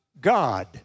God